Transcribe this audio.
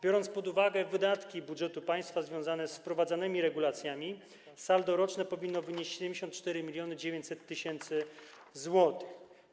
Biorąc pod uwagę wydatki budżetu państwa związane z wprowadzanymi regulacjami, saldo roczne powinno wynieść 74 900 tys. zł.